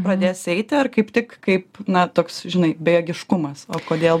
pradės eiti ar kaip tik kaip na toks žinai bejėgiškumas o kodėl